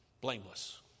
blameless